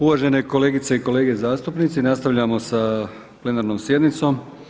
Uvažene kolegice i kolege zastupnici, nastavljamo s plenarnom sjednicom.